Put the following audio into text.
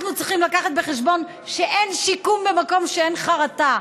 אנחנו צריכים להביא בחשבון שאין שיקום במקום שאין חרטה.